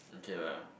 okay lah